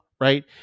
Right